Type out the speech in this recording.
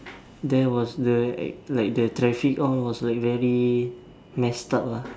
there was the like the traffic all was like very mess up lah